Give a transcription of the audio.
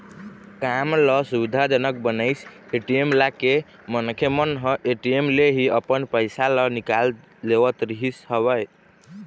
काम ल सुबिधा जनक बनाइस ए.टी.एम लाके मनखे मन ह ए.टी.एम ले ही अपन पइसा ल निकाल लेवत रिहिस हवय